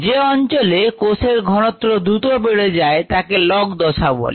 যে অঞ্চলে কোষের ঘনত্ব দ্রুত বেড়ে যায় তাকে log দশা বলে